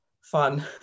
fun